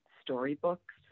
storybooks